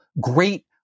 great